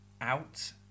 out